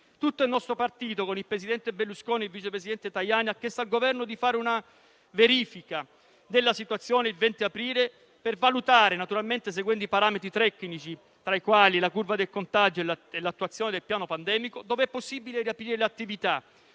Tutto il nostro partito, con il presidente Berlusconi e il vice presidente Tajani, ha chiesto al Governo di fare una verifica della situazione il 20 aprile, per valutare - naturalmente seguendo i parametri tecnici, tra i quali la curva del contagio e l'attuazione del piano pandemico - dove è possibile riaprire le attività.